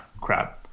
crap